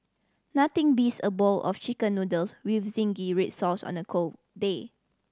nothing beats a bowl of Chicken Noodles with zingy red sauce on a cold day